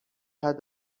had